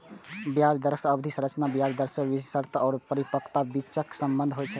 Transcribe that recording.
ब्याज दरक अवधि संरचना ब्याज दर आ विभिन्न शर्त या परिपक्वताक बीचक संबंध होइ छै